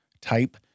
type